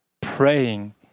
praying